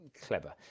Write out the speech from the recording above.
clever